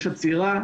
יש עצירה.